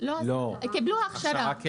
קיבלו הכשרה.